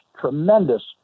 tremendous